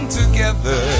together